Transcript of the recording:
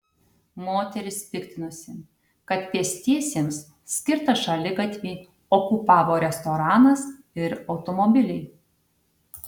moteris piktinosi kad pėstiesiems skirtą šaligatvį okupavo restoranas ir automobiliai